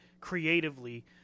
creatively